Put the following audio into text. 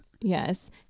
Yes